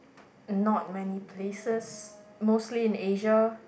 not many places mostly in Asia